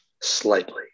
Slightly